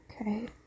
Okay